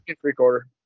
three-quarter